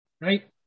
Right